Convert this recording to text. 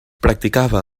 practicava